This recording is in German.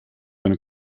eine